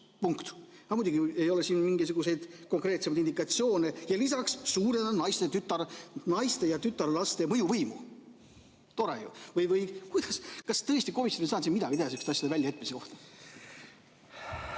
No muidugi ei ole siin mingisuguseid konkreetsemaid indikatsioone. Ja lisaks: suurendada naiste ja tütarlaste mõjuvõimu. Tore ju või kuidas? Kas tõesti komisjon ei saanud siin midagi teha selliste asjade väljajätmiseks?